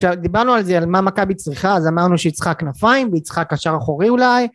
דיברנו על זה, על מה מכבי צריכה, אז אמרנו שהיא צריכה כנפיים והיא צריכה קשר אחורי אולי